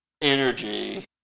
energy